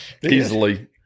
easily